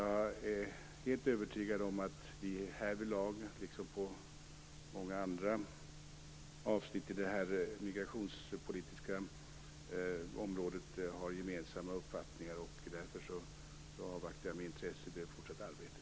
Jag är helt övertygad om att vi härvidlag, liksom i många andra avsnitt på det migrationspolitiska området, har gemensamma uppfattningar. Därför avvaktar jag med intresse det fortsatta arbetet.